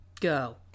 Go